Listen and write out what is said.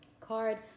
card